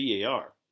var